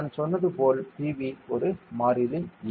நான் சொன்னது போல் PV ஒரு மாறிலிஎ